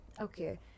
Okay